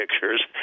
pictures